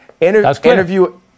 interview